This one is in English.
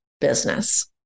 business